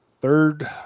third